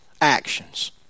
actions